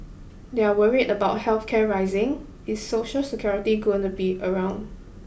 they're worried about health care rising is Social Security going to be around